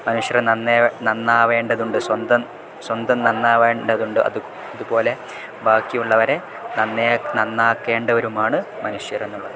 മനുഷ്യർ നന്നേ നന്നാവേണ്ടതുണ്ട് സ്വന്തം സ്വന്തം നന്നാവേണ്ടതുണ്ട് അത് അതുപോലെ ബാക്കിയുള്ളവരെ നന്നേ നന്നാക്കേണ്ടവരുമാണ് മനുഷ്യർ എന്നുള്ളത്